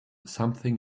something